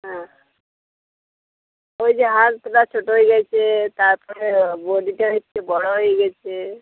হ্যাঁ ওই যে হাতটা ছোটো হয়ে গেছে তারপরে বডিটা হচ্ছে বড়ো হয়ে গেছে